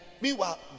meanwhile